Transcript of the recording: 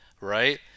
right